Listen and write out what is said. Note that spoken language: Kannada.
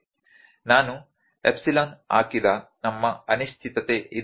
ನಾನು ಎಪ್ಸಿಲಾನ್ ಹಾಕಿದ ನಮ್ಮ ಅನಿಶ್ಚಿತತೆ ಇದು